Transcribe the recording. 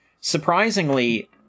surprisingly